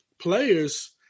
Players